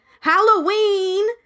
halloween